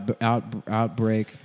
Outbreak